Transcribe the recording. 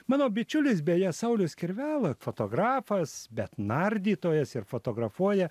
mano bičiulis beje saulius kirvela fotografas bet nardytojas ir fotografuoja